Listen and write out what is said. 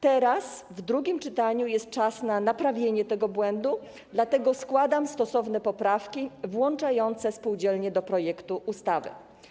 Teraz, w drugim czytaniu, jest czas na naprawienie tego błędu, dlatego składam stosowne poprawki włączające spółdzielnie do projektu ustawy.